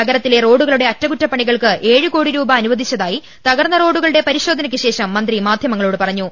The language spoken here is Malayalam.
നഗര ത്തിലെ റോഡുകളുടെ അറ്റകുറ്റപ്പണികൾക്ക് ഏഴ്കോടി രൂപ അനു വദിച്ചതായി തകർന്ന റോഡുകളുടെ പര്യിശോധന്ക്ക് ശേഷം മന്ത്രി മാധ്യമങ്ങളോട് പറഞ്ഞു